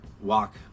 walk